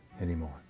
anymore